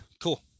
cool